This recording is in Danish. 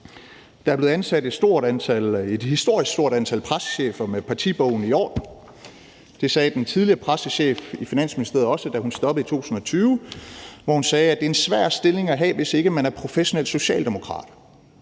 Der er blevet ansat et historisk stort antal pressechefer med partibogen i orden. Det sagde den tidligere pressechef i Finansministeriet også, da hun stoppede 2020, hvor hun sagde, det er en svær stilling at have, hvis ikke man er professionel socialdemokrat.